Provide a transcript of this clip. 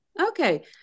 okay